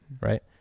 right